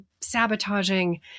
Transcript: sabotaging